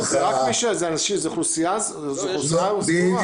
זה אוכלוסייה סגורה.